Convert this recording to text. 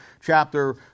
chapter